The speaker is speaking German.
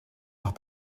nach